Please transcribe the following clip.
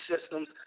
systems